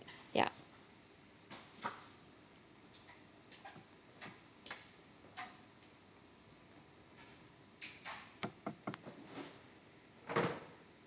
ya